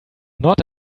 not